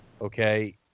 okay